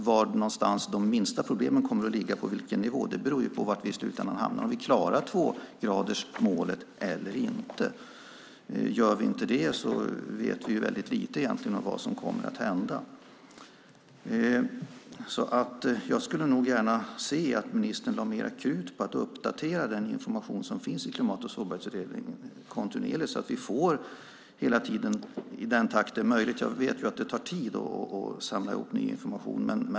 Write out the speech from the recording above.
Var någonstans de minsta problemen kommer att ligga och på vilken nivå beror på var vi i slutändan hamnar. Har vi klarat tvågradersmålet eller inte? Gör vi inte det vet vi väldigt lite egentligen om vad som kommer att hända. Jag skulle gärna se att ministern lade mer krut på att uppdatera den information som finns i Klimat och sårbarhetsutredningen kontinuerligt så att vi hela tiden får den i den takt det är möjligt. Jag vet att det tar tid att samla ihop information.